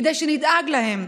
כדי שנדאג להם,